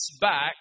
back